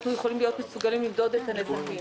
אנחנו צריכים להיות מסוגלים למדוד את הנזקים.